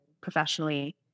Professionally